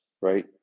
right